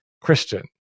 Christian